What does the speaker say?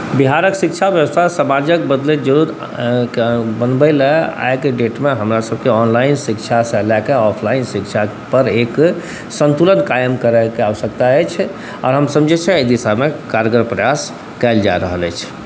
बिहारके शिक्षा बेबस्था समाजके बदलैत जरूरतके बनबैलए आइके डेटमे हमरासबके ऑनलाइन शिक्षासँ लऽ कऽ ऑफलाइन शिक्षापर एक सन्तुलन कायम करैके आवश्यकता अछि आओर हम समझै छी एहि दिशामे कारगर प्रयास कएल जा रहल अछि